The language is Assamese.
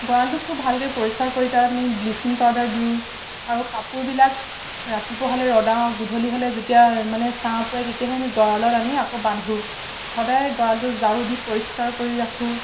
গঁৰালটো খুব ভালকে পৰিষ্কাৰ কৰি তাত আমি ব্লিচিং পাউদাৰ দিওঁ আৰু কাপোৰবিলাক ৰাতিপুৱা হ'লে ৰদাওঁ গধূলি হ'লে যেতিয়া মানে ছাঁ পৰে তেতিয়াহে আমি গঁৰালত আনি আকৌ বান্ধো সদায় গঁৰালটো জাৰু দি পৰিষ্কাৰ কৰি ৰাখোঁ